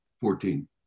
Fourteen